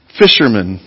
fishermen